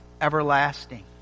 everlasting